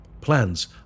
plans